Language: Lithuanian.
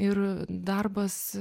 ir darbas